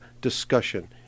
discussion